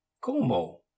Como